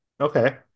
okay